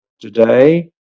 today